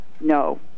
no